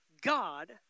God